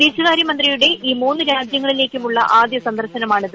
വിദേശകാര്യ മന്ത്രിയുടെ ഈ മൂന്ന് രാജ്യങ്ങളിലേയ്ക്കുമുള്ള ആദ്യ സന്ദർശനമാണിത്